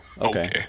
Okay